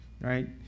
right